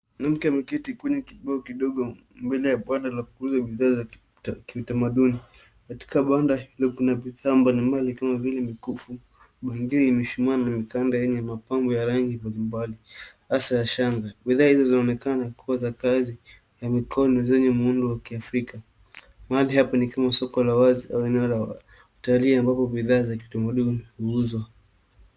Mwanamke ameketi kwenye kituo kidogo mbele ya banda la kuuza bidhaa za kitamaduni. Katika banda hilo kuna bidhaa mbali mbali kama vile mikufu, bangili, mishumaa na mikanda yenye mapambo mbali mbali hasa shanga. Bidhaa hizo zinaonekana za mikono zenye muundo wa kiafrika. Mahali hapa panaonekana kama soko la wazi au eneo la watalii ambapo bidhaa za kitamaduni huuzwa.